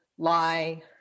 lie